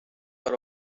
are